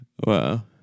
Wow